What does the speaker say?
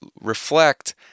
reflect